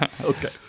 Okay